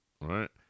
right